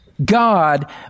God